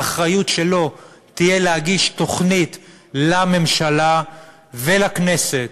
האחריות שלו תהיה להגיש תוכנית לממשלה ולכנסת,